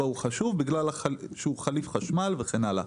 הוא חשוב כי הוא חליף חשמל וכן הלאה.